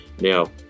now